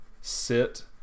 sit